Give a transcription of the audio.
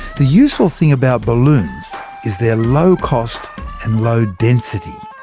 the useful thing about balloons is their low cost and low density.